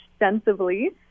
extensively